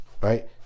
right